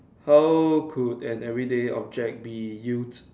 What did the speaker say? how could an everyday object be youth